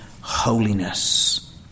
holiness